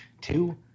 two